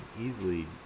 easily